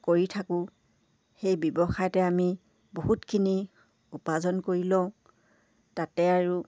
কৰি থাকোঁ সেই ব্যৱসায়তে আমি বহুতখিনি উপাৰ্জন কৰি লওঁ তাতে আৰু